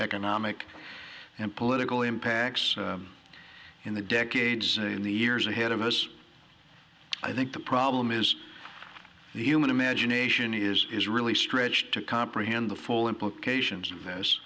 economic and political impacts in the decades and the years ahead of us i think the problem is the human imagination is really stretched to comprehend the full implications of this